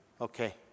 Okay